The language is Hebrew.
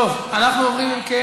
טוב, אנחנו עוברים, אם כן